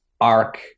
arc